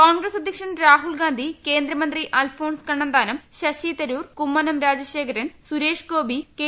കോൺഗ്രസ് അധ്യക്ഷൻ രാഹ്ഹുിൽ ഗാന്ധി കേന്ദ്രമന്ത്രി അൽഫോൺസ് കണ്ണന്താസ്ക്ക് ശ്രീ തരൂർ കുമ്മനം രാജശേഖരൻ സുരേഷ്ഗോപി കെ